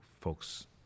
folks